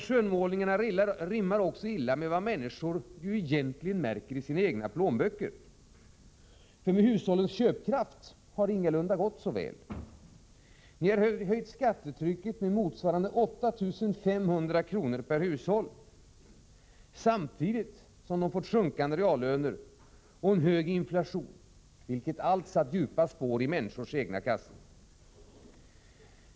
Skönmålningarna rimmar också illa med vad människor ser i sina egna plånböcker. Med hushållens köpkraft har det ingalunda gått så väl. Ni har höjt skattetrycket med motsvarande 8 500 kr. per hushåll, samtidigt som sjunkande reallöner och en hög inflation har satt djupa spår i människors egna kassor.